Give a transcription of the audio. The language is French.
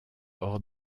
hors